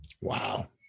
Wow